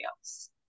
else